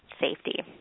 safety